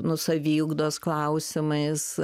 nu saviugdos klausimais